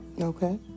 Okay